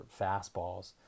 fastballs